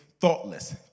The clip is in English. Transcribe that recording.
thoughtless